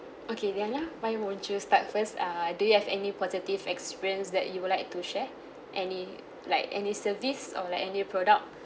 okay then ya why won't you start first err do you have any positive experience that you would like to share any like any service or like any product